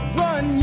run